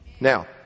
now